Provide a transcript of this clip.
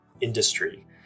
industry